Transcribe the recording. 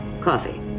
Coffee